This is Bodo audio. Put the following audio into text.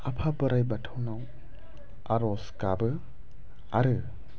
आफा बोराय बाथौनाव आरज गाबो आरो